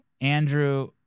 Andrew